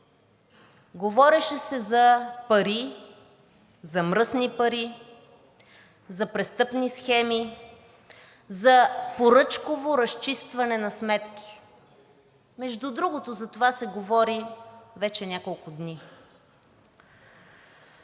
Говореше се за пари, за мръсни пари, за престъпни схеми, за поръчково разчистване на сметки. Между другото за това се говори вече няколко дни.